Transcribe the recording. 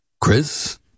Chris